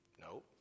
No